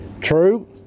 True